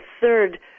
third